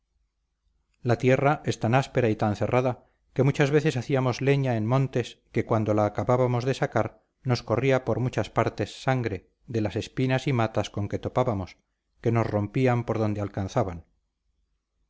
la tierra es tan áspera y tan cerrada que muchas veces hacíamos leña en montes que cuando la acabábamos de sacar nos corría por muchas partes sangre de las espinas y matas con que topábamos que nos rompían por donde alcanzaban